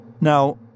Now